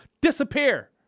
disappear